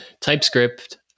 TypeScript